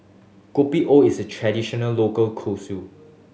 Kopi O is a traditional local cuisine